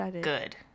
Good